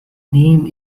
name